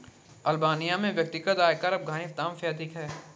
Albania में व्यक्तिगत आयकर अफ़ग़ानिस्तान से अधिक है